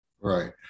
Right